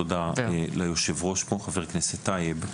תודה ליושב ראש פה, חבר הכנסת טייב.